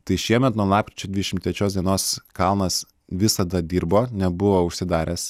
tai šiemet nuo lapkričio dvidešim trečios dienos kalnas visada dirbo nebuvo užsidaręs